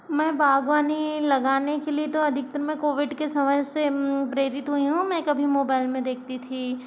मैं बाग़बानी लगाने के लिए तो अधिकतर मैं कोविड के समय से प्रेरित हुई हूँ मैं कभी मोबाइल में देखती थी